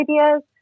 ideas